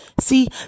See